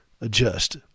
adjust